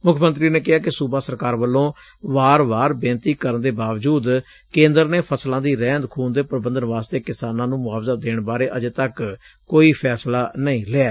ਮੁੱਖ ਮੰਤਰੀ ਨੇ ਕਿਹਾ ਕਿ ਸੂਬਾ ਸਰਕਾਰ ਵੱਲੋ ਵਾਰ ਵਾਰ ਬੇਨਤੀ ਕਰਨ ਦੇ ਬਾਵਜੂਦ ਕੇਂਦਰ ਨੇ ਫਸਲਾਂ ਦੀ ਰਹਿੰਦ ਖੁਹੰਦ ਦੇ ਪ੍ਰੰਬਨ ਵਾਸਤੇ ਕਿਸਾਨਾਂ ਨੂੰ ਮੁਆਵਜ਼ਾ ਦੇਣ ਬਾਰੇ ਅਜੇ ਤੱਕ ਕੋਈ ਫੈਸਲਾ ਨਹੀ ਲਿਐ